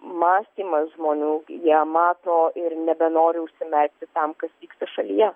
mąstymas žmonių jie mato ir nebenori užsimerkti tam kas vyksta šalyje